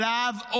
על האב,